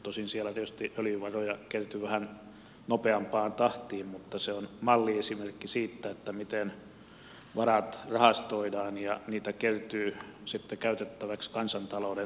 tosin siellä tietysti öljyvaroja kertyy vähän nopeampaan tahtiin mutta se on malliesimerkki siitä miten varat rahastoidaan ja niitä kertyy sitten käytettäväksi kansantalouden tarpeisiin